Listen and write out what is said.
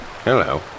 Hello